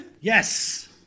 yes